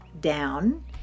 down